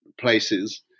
places